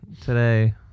today